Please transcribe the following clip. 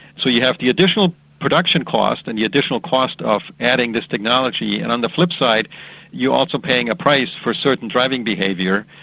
so you have the additional production cost and the additional cost of adding this technology, and on the flip side you are also paying a price for certain driving behaviour.